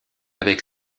avec